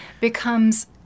becomes